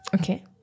Okay